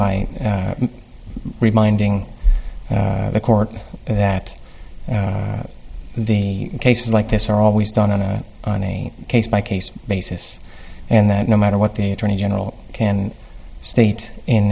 by reminding the court that the cases like this are always done on a sunny case by case basis and that no matter what the attorney general can state in